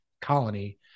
colony